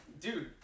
Dude